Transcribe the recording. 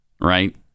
Right